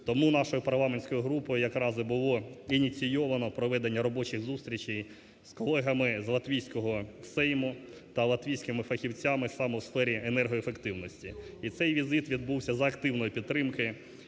Тому нашою парламентською групою якраз і було ініційовано проведення робочих зустрічей з колегами з Латвійського Сейму та латвійськими фахівцями саме у сфері енергоефективності. І цей візит відбувся за активної підтримки